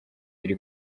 iri